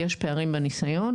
יש פערים בניסיון.